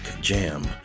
jam